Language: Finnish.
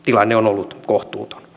tilanne on ollut kohtuuton